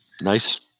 Nice